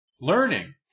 learning